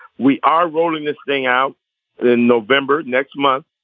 we are rolling this thing out in november. next month